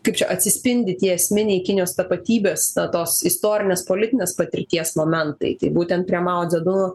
kaip čia atsispindi tie esminiai kinijos tapatybės na tos istorinės politinės patirties momentai tai būtent prie mao dzeduno